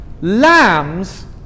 Lambs